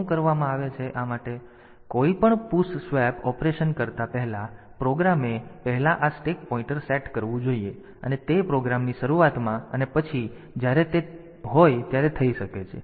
તેથી આ માટે કોઈપણ પુશ સ્વેપ ઑપરેશન કરતાં પહેલાં પ્રોગ્રામે પહેલા આ સ્ટેક પોઇન્ટર સેટ કરવું જોઈએ અને તે પ્રોગ્રામની શરૂઆતમાં અને પછી જ્યારે તે હોય ત્યારે થઈ શકે છે